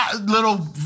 little